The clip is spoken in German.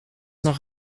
noch